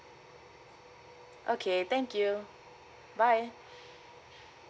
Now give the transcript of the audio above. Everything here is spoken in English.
okay thank you bye